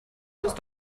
ist